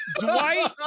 Dwight